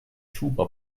tuba